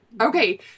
Okay